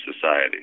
society